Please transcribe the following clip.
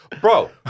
bro